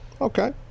Okay